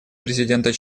президента